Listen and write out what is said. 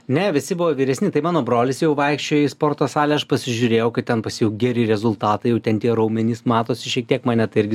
ne visi buvo vyresni tai mano brolis jau vaikščiojo į sporto salę aš pasižiūrėjau kaip ten pas jau geri rezultatai jau ten tie raumenys matosi šiek tiek mane tai irgi